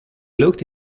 looked